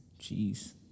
Jeez